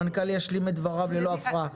המנכ"ל ישלים את דבריו ללא הפרעה.